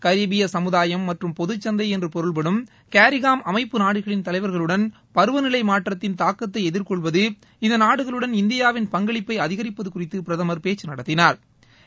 கரீபிய சமுதாயம் மற்றும் பொதுச் சந்தை என்று பொருள்படும் கேரிக்கோம் அமைப்பு நாடுகளின் தலைவர்களுடன் பருவ நிலை மாற்றத்தின் தாக்கத்தை எதிர்கொள்வது இந்த நாடுகளுடன் இந்தியாவின் பங்களிப்பை அதிகரிப்பது குறித்து பிரதமர் பேச்சு நடத்தினாா்